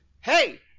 hey